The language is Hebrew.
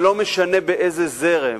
ולא משנה באיזה זרם,